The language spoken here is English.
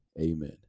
Amen